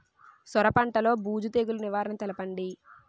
సొర పంటలో బూజు తెగులు నివారణ తెలపండి?